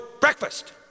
breakfast